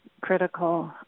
critical